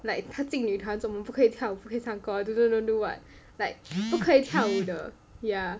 like 她进女团做么可以跳舞不可以唱歌 don't know do what 不可以跳舞的